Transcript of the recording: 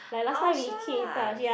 oh shucks